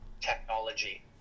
technology